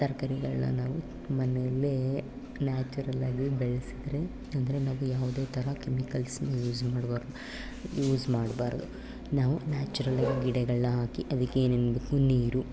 ತರಕಾರಿಗಳ್ನ ನಾವು ಮನೆಯಲ್ಲೇ ನ್ಯಾಚುರಲ್ಲಾಗಿ ಬೆಳೆಸಿದ್ರೆ ಅಂದರೆ ನಾವು ಯಾವುದೇ ಥರ ಕೆಮಿಕಲ್ಸನ್ನು ಯೂಸ್ ಮಾಡಬಾರ್ದು ಯೂಸ್ ಮಾಡಬಾರ್ದು ನಾವು ನ್ಯಾಚುರಲ್ಲಾಗಿ ಗಿಡಗಳನ್ನು ಹಾಕಿ ಅದಕ್ಕೆ ಏನೇನು ಬೇಕು ನೀರು